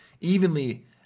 evenly